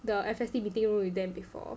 the F_S_T meeting room with them before